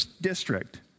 district